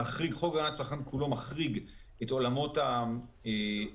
חוק הגנת הצרכן כולו מחריג את עולמות הביטוח,